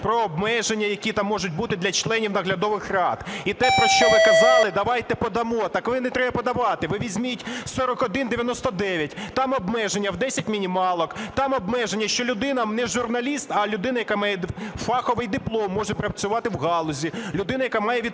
про обмеження, які там можуть бути для членів наглядових рад. І те, про що ви казали, давайте подамо. Так ви, не треба подавати, ви візьміть 4199 там обмеження в 10 мінімалок, там обмеження, що людина не журналіст, а людина, яка має фаховий диплом, може працювати в галузі, людина, яка має відповідний